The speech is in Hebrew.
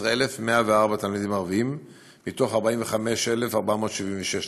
15,104 תלמידים ערבים מ-45,476 תלמידים.